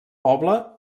poble